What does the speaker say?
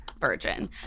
virgin